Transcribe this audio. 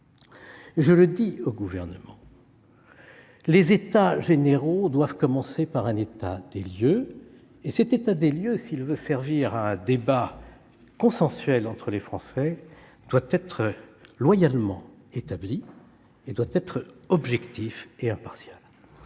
Je le dis au Gouvernement : les États généraux doivent commencer par un état des lieux, lequel, s'il veut servir à un débat consensuel entre les Français, doit être loyalement établi, objectif et impartial.